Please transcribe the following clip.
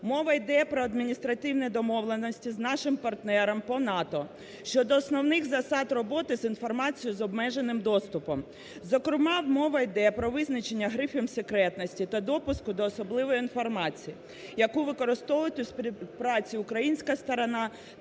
Мова іде про адміністративні домовленості з нашим партнером по НАТО щодо основних засад роботи з інформацією з обмеженим доступом. Зокрема, мова іде про визначення грифу секретності та допуску до особливої інформації, яку використовують у співпраці українська сторона